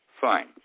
Fine